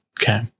Okay